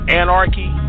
anarchy